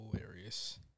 hilarious